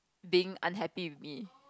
being unhappy with me